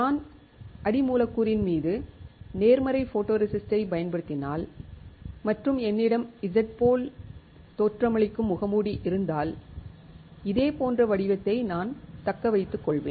நான் அடி மூலக்கூறின் மீது நேர்மறை ஃபோட்டோரெசிஸ்ட்டைப் பயன்படுத்தினால் மற்றும் என்னிடம் Z போல தோற்றமளிக்கும் முகமூடி இருந்தால் இதே போன்ற வடிவத்தை நான் தக்க வைத்துக் கொள்வேன்